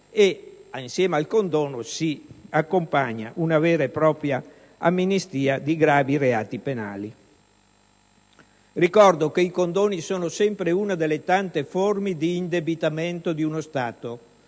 evase. Al condono si accompagna una vera e propria amnistia di gravi reati penali. Ricordo che i condoni sono una delle tante forme di indebitamento di uno Stato: